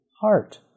heart